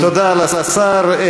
תודה לשר.